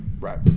Right